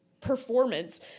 performance